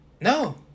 No